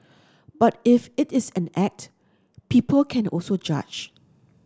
but if it is an act people can also judge